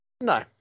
no